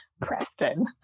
Preston